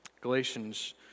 Galatians